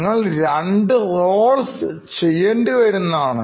നിങ്ങൾ രണ്ടു റോളുകൾ ചെയ്യേണ്ടി വരുന്നതാണ്